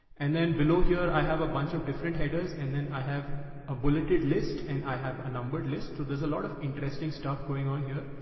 and then below here i have a bunch of different headers and then i have a bulleted list and i have a numbered list too. there's a lot of interesting stuff going on here.